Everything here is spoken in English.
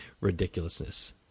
ridiculousness